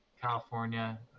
California